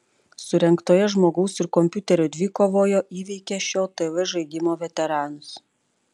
surengtoje žmogaus ir kompiuterio dvikovoje įveikė šio tv žaidimo veteranus